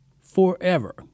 Forever